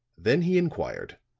then he inquired